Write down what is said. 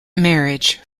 marriage